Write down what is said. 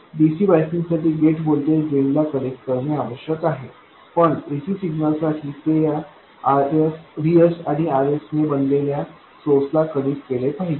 dc बायसिंगसाठी gate voltage drain ला connect करणे आवश्यक आहे पण ac सिग्नल साठी ते या Vs आणि Rs ने बनलेल्या सोर्स ला कनेक्ट केले पाहिजे